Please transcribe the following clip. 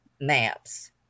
maps